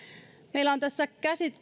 meillä on tässä